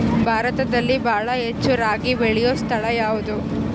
ಭಾರತದಲ್ಲಿ ಬಹಳ ಹೆಚ್ಚು ರಾಗಿ ಬೆಳೆಯೋ ಸ್ಥಳ ಯಾವುದು?